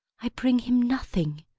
i bring him nothing.